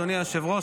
אדוני היושב-ראש,